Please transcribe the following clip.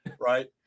right